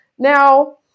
Now